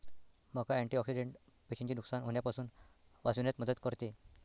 मका अँटिऑक्सिडेंट पेशींचे नुकसान होण्यापासून वाचविण्यात मदत करते